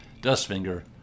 Dustfinger